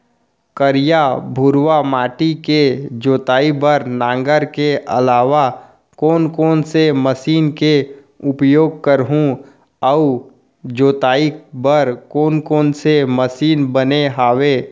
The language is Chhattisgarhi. करिया, भुरवा माटी के जोताई बर नांगर के अलावा कोन कोन से मशीन के उपयोग करहुं अऊ जोताई बर कोन कोन से मशीन बने हावे?